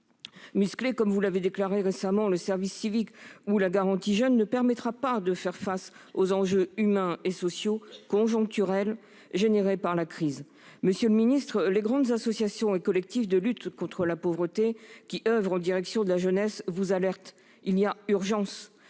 Muscler, comme vous l'avez déclaré récemment, le service civique ou la garantie jeunes ne permettra pas de faire face aux enjeux humains et sociaux, conjoncturels, résultant de la crise. Monsieur le secrétaire d'État, les grandes associations et collectifs de lutte contre la pauvreté qui oeuvrent en direction de la jeunesse vous alertent. Il y a urgence